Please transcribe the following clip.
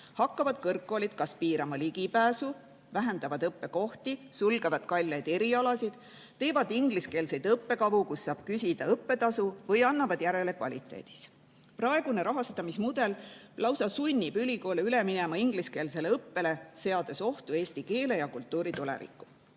hakkavad kõrgkoolid kas piirama ligipääsu, vähendama õppekohti, sulgema kalleid erialasid, tegema ingliskeelseid õppekavu, kus saab küsida õppetasu, või andma järele kvaliteedis. Praegune rahastamismudel lausa sunnib ülikoole üle minema ingliskeelsele õppele, seades ohtu eesti keele ja kultuuri tuleviku.